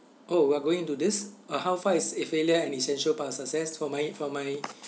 oh we're going into this uh how far is uh failure an essential part success for my for my